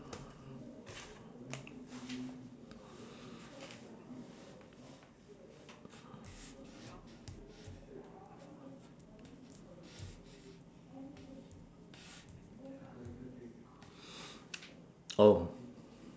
oh